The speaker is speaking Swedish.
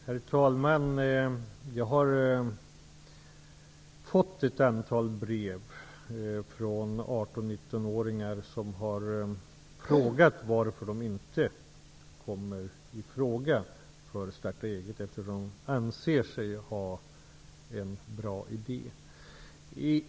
Herr talman! Jag har fått ett antal brev från 18 och 19-åringar som har frågat varför de inte kommer i fråga för starta-eget-bidrag trots att de, som de anser, har en bra idé.